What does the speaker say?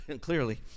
clearly